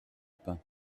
pin